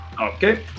Okay